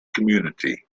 community